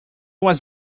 was